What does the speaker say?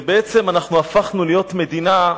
ובעצם אנחנו הפכנו להיות מדינה,